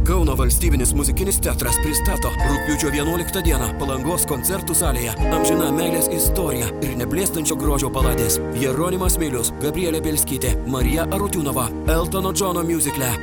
kauno valstybinis muzikinis teatras pristato rugpjūčio vienuoliktą dieną palangos koncertų salėje amžina meilės istorija ir neblėstančio grožio baladės jeronimas milius gabrielė bielskytė marija rotiūnova eltono džono miuzikle